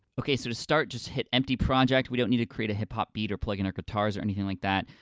okay so to start just hit empty project, we don't need to create a hip hop beat or plug in our guitars or anything like that,